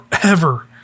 Forever